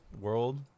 world